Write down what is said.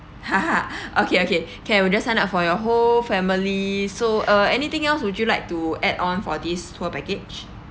okay okay can we just sign up for your whole family so uh anything else would you like to add on for this tour package